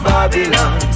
Babylon